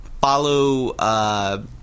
Follow